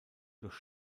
durch